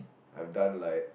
I've done like